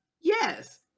Yes